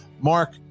Mark